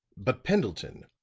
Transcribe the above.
but pendleton,